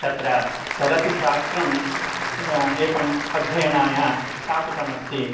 तत्र तदपि शास्त्रम् एकम् अध्ययनाय स्थापितमस्ति